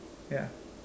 ya